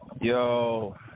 Yo